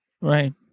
Right